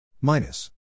minus